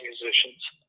musicians